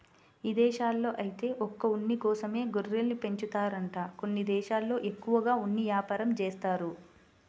ఇదేశాల్లో ఐతే ఒక్క ఉన్ని కోసమే గొర్రెల్ని పెంచుతారంట కొన్ని దేశాల్లో ఎక్కువగా ఉన్ని యాపారం జేత్తారు